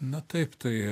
na taip tai